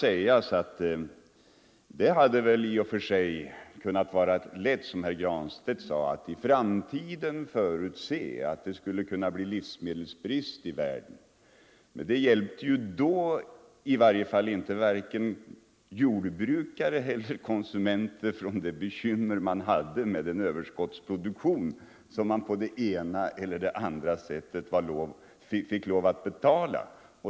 Herr Granstedt sade, att man borde kunnat förutse att det i framtiden skulle kunna bli livsmedelsbrist i världen. Men det hjälpte ju inte då vare sig jordbrukare eller konsumenter att lösa bekymret med en överskottsproduktion som på det ena eller andra sättet måste betalas.